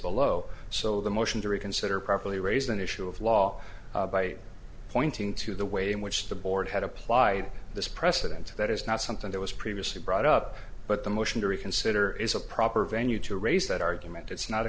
below so the motion to reconsider properly raised an issue of law by pointing to the way in which the board had applied this precedent that is not something that was previously brought up but the motion to reconsider is a proper venue to raise that argument it's not a